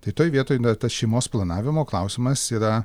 tai toj vietoj na tas šeimos planavimo klausimas yra